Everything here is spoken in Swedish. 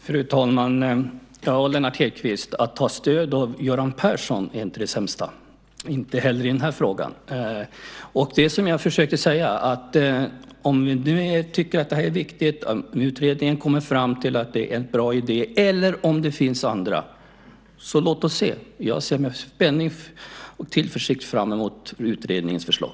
Fru talman! Att ta stöd av Göran Persson är inte det sämsta, Lennart Hedquist, inte heller i den här frågan. Det som jag försökte säga var att om vi nu tycker att det här är viktigt, om utredningen kommer fram till att det är en bra idé eller om det finns andra idéer, så låt oss se. Jag ser med spänning och tillförsikt fram emot utredningens förslag.